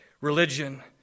religion